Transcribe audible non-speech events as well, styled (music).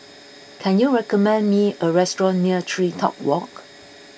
(noise) can you recommend me a restaurant near TreeTop Walk